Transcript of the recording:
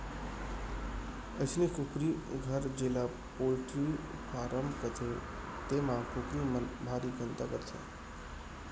अइसने कुकरी घर जेला पोल्टी फारम कथें तेमा कुकरी मन भारी गंदगी करथे